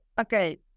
okay